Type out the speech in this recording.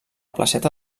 placeta